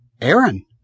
Aaron